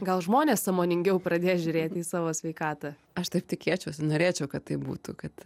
gal žmonės sąmoningiau pradės žiūrėti į savo sveikatą aš taip tikėčiausi norėčiau kad taip būtų kad